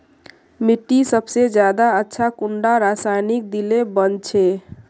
मिट्टी सबसे ज्यादा अच्छा कुंडा रासायनिक दिले बन छै?